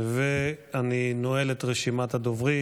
ואני נועל את רשימת הדוברים.